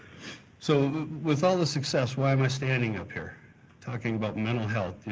so with all the success, why am i standing up here talking about mental health?